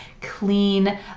clean